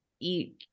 eat